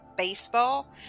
Baseball